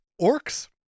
orcs